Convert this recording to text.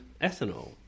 ethanol